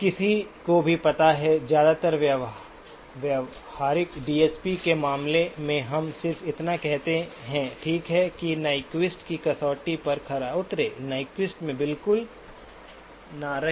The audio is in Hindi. किसी को भी पता है कि ज्यादातर व्यावहारिक डीएसपी के मामलों में हम सिर्फ इतना कहते हैं ठीक है कि नाइक्वेस्ट की कसौटी पर खरा उतरें नाइक्वेस्ट में बिल्कुल न रहें